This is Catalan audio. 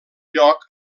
lloc